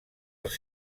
els